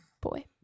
boy